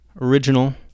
Original